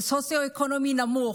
סוציו-אקונומי נמוך,